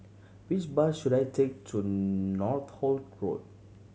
which bus should I take to Northolt Road